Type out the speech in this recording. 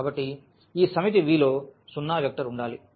కాబట్టి ఈ సమితి V లో సున్నా వెక్టర్ ఉండాలి